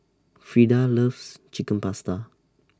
Freeda loves Chicken Pasta